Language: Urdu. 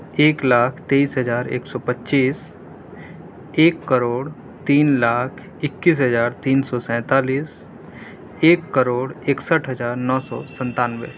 ایک لاکھ تیئیس ہزار ایک سو پچیس ایک کروڑ تین لاکھ اکیس ہزار تین سو سینتالیس ایک کروڑ اکسٹھ ہزار نو سو ستانوے